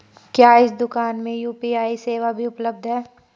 क्या इस दूकान में यू.पी.आई सेवा भी उपलब्ध है?